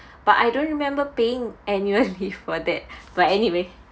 but I don't remember paying annually for that but anyway